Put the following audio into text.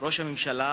ראש הממשלה